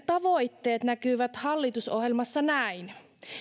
tavoitteet näkyvät hallitusohjelmassa näin